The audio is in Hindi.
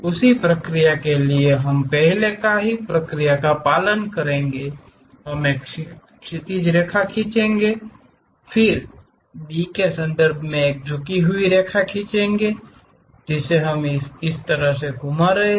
उसी प्रक्रिया के लिए हम पहले का पालन करेंगे हम एक क्षैतिज रेखा खींचेंगे फिर B के संबंध में एक झुकी हुई रेखा खींचेंगे जिसे हम इसे घुमा रहे हैं